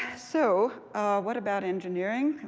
so what about engineering?